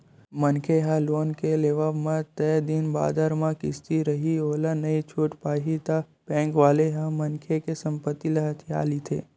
मनखे ह लोन के लेवब म तय दिन बादर म किस्ती रइही ओला नइ छूट पाही ता बेंक वाले ह मनखे के संपत्ति ल हथिया लेथे